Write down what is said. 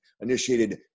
initiated